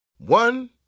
One